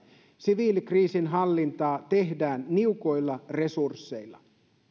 siviilikriisinhallintaa tehdään niukoilla resursseilla